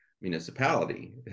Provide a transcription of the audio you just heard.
municipality